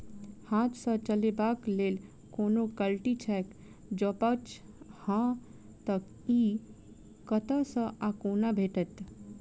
हाथ सऽ चलेबाक लेल कोनों कल्टी छै, जौंपच हाँ तऽ, इ कतह सऽ आ कोना भेटत?